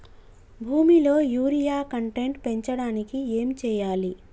భూమిలో urea content పెంచడానికి ఏం చేయాలి?